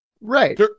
Right